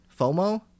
FOMO